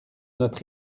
notre